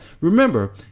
Remember